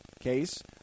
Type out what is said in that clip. case